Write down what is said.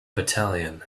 battalion